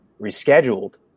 rescheduled